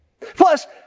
Plus